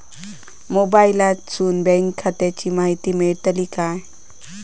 मोबाईलातसून बँक खात्याची माहिती मेळतली काय?